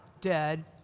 dead